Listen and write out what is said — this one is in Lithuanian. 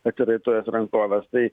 atsiraitojęs rankoves tai